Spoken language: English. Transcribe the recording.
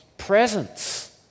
presence